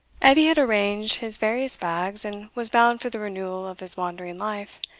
edie had arranged his various bags, and was bound for the renewal of his wandering life,